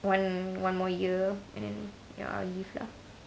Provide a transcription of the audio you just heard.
one one more year and then ya I'll leave lah